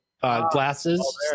Glasses